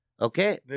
Okay